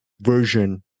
version